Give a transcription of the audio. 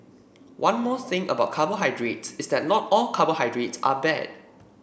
one more thing about carbohydrates is that not all carbohydrates are bad